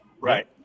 right